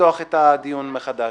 לפתוח את הדיון מחדש?